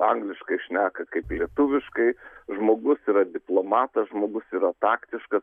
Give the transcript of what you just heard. angliškai šneka kaip lietuviškai žmogus yra diplomatas žmogus yra taktiškas